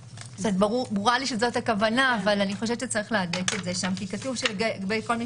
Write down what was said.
ברור לי שזאת הכוונה אבל אני חושבת שצריך להדק את זה כי כתוב שכל מי